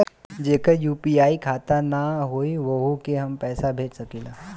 जेकर यू.पी.आई खाता ना होई वोहू के हम पैसा भेज सकीला?